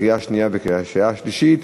קריאה שנייה וקריאה שלישית.